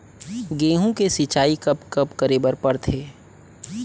गेहूँ के सिंचाई कब कब करे बर पड़थे?